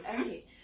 Okay